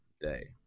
Day